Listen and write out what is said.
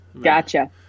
Gotcha